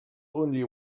only